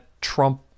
Trump